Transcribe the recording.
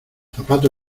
zapato